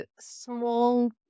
small